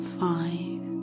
five